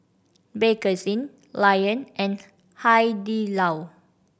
Bakerzin Lion and Hai Di Lao